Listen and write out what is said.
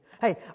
Hey